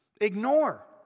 ignore